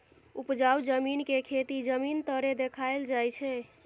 उपजाउ जमीन के खेती जमीन तरे देखाइल जाइ छइ